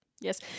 yes